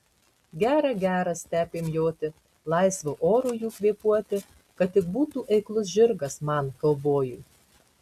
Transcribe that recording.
gera gera stepėm joti laisvu oru jų kvėpuoti kad tik būtų eiklus žirgas man kaubojui